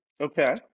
Okay